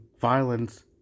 violence